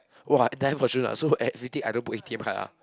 !wah! that version lah so everything I don't put A_T_M card ah